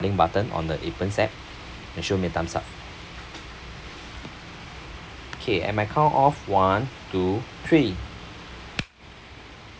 link button on the appen's app and show me a thumbs up okay at my count of one two three